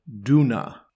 Duna